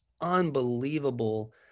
unbelievable